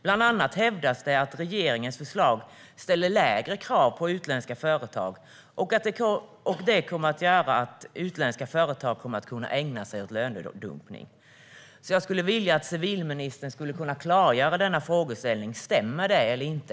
Bland annat hävdas att regeringens förslag ställer lägre krav på utländska företag och att dessa därigenom kommer att kunna ägna sig åt lönedumpning. Kan civilministern klargöra om detta stämmer eller inte?